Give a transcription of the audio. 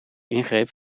ingreep